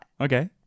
Okay